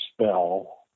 spell